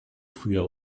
früher